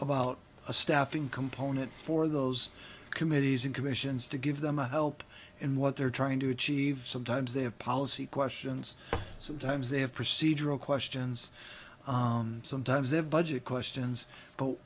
about a staffing component for those committees and commissions to give them help in what they're trying to achieve sometimes they have policy questions sometimes they have procedural questions sometimes they have budget questions